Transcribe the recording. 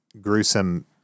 gruesome